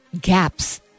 gaps